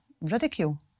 ridicule